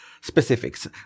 specifics